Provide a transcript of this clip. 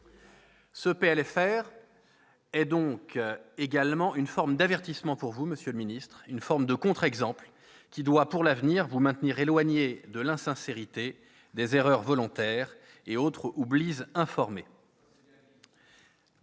est donc également une forme d'avertissement pour vous, monsieur le ministre, un contre-exemple qui doit, pour l'avenir, vous maintenir éloigné de l'insincérité, des erreurs volontaires, et autres oublis informés.